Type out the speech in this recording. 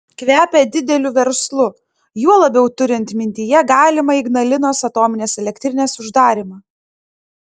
kvepia dideliu verslu juo labiau turint mintyje galimą ignalinos atominės elektrinės uždarymą